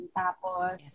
tapos